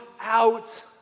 out